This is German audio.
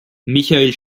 michael